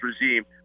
regime